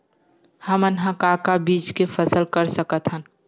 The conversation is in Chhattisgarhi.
हमन ह का का बीज के फसल कर सकत हन?